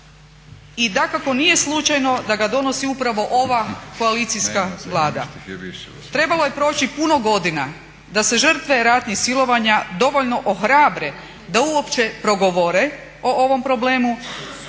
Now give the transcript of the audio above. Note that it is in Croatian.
i dakako nije slučajno da ga donosi upravo ova koalicijska Vlada. Trebalo je proći puno godina da se žrtve ratnih silovanja dovoljno ohrabre da uopće progovore o ovom problemu,